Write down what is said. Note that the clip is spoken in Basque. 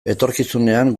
etorkizunean